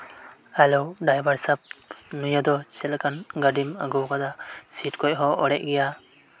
hello driver ᱥᱟᱦᱮᱵ ᱱᱤᱭᱟᱹ ᱫᱚ ᱪᱮᱫ ᱞᱮᱠᱟᱱ ᱜᱟᱹᱰᱤᱢ ᱟᱹᱜᱩ ᱟᱠᱟᱫᱟ ᱥᱤᱴ ᱠᱚᱦᱚᱸ ᱚᱲᱮᱡ ᱜᱮᱭᱟ